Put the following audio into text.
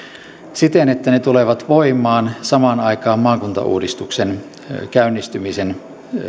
siten että ne tulevat voimaan samaan aikaan maakuntauudistuksen käynnistymisen